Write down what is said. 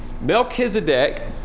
Melchizedek